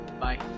Bye